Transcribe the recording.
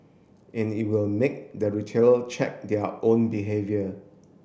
and it will make the retailer check their own behaviour